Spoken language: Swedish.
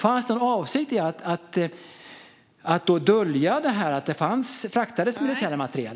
Fanns det en avsikt att dölja att det fraktades militär materiel?